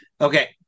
okay